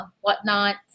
whatnot